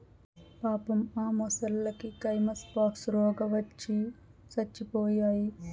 పాపం ఆ మొసల్లకి కైమస్ పాక్స్ రోగవచ్చి సచ్చిపోయాయి